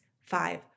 five